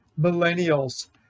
millennials